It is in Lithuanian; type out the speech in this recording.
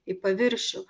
į paviršių